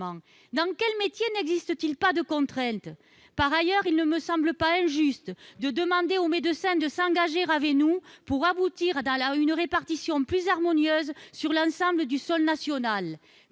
Dans quel métier n'existe-t-il pas de contraintes ? Cela dit, il ne me semble pas injuste de demander aux médecins de s'engager avec nous pour aboutir à une répartition plus harmonieuse sur l'ensemble du sol national.